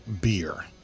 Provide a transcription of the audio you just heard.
beer